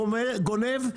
גונב,